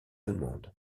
allemandes